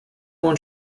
loin